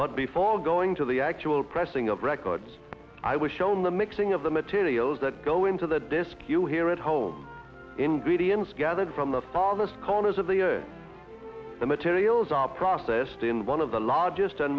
but before going to the actual pressing of records i was shown the mixing of the materials that go into the disc you here at home ingredients gathered from the farthest corners of the earth the materials are processed in one of the largest and